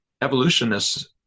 evolutionists